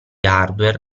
hardware